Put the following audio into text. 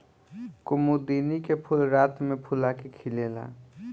कुमुदिनी के फूल रात में फूला के खिलेला